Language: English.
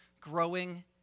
growing